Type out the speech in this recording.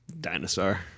Dinosaur